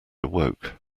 awoke